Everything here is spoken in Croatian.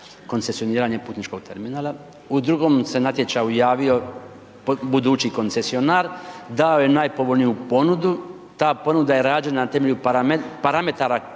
U drugom se natječaju javio budući koncesionar, dao je najpovoljniju ponudu, ta ponuda je rađena na temelju parametara